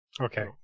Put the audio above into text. Okay